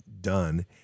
done